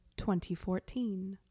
2014